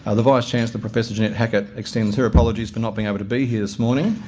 ah the vice chancellor, professor jeanette hackett extends her apologies for not being able to be here this morning.